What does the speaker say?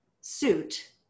suit